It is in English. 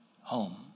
home